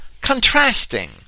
contrasting